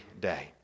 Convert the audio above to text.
day